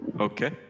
Okay